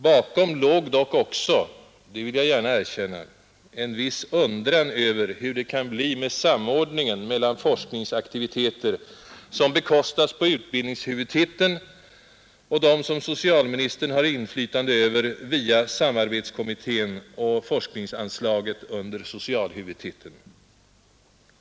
Bakom låg dock också — det vill jag gärna erkänna — en viss undran över hur det kan bli med samordningen mellan de forskningsaktiviteter som bekostas på utbildningshuvudtiteln och dem som socialministern har inflytande över via samarbetskommittén och forskningsanslaget under socialhuvudtiteln.